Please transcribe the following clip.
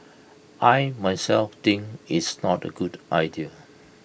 I myself think it's not A good idea